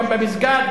גם במסגד,